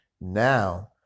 now